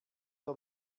der